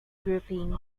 grouping